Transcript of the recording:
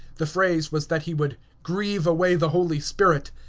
the phrase was that he would grieve away the holy spirit.